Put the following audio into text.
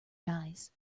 guys